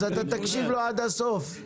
תקשיב לו עד הסוף.